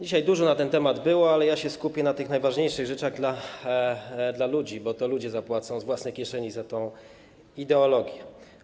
Dzisiaj dużo na ten temat było, ale ja się skupię na tych najważniejszych rzeczach dla ludzi, bo to ludzie z własnej kieszeni zapłacą za tę ideologię.